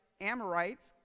Amorites